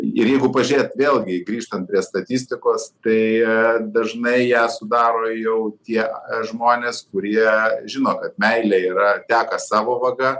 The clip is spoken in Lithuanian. jeigu pažiūrėt vėlgi grįžtant prie statistikos tai dažnai ją sudaro jau tie žmonės kurie žino kad meilė yra teka savo vaga